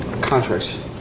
contracts